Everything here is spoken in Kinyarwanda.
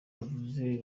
bavuze